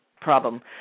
problem